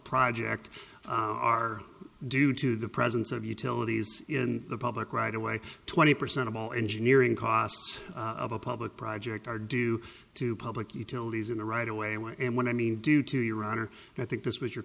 project are due to the presence of utilities in the public right away twenty percent of all engineering costs of a public project are due to public utilities in the right away way and what i mean due to your honor and i think this was your